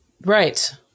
Right